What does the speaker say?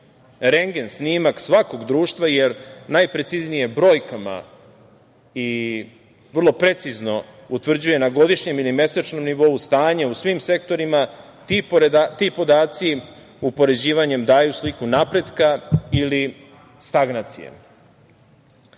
rendgen snimak svakog društva jer najpreciznije brojkama i vrlo precizno utvrđuje na godišnjem ili mesečnom nivou stanje u svim sektorima, ti podaci upoređivanjem daju sliku napretka ili stagnacije. Po